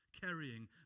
carrying